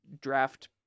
Draft